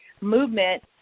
movement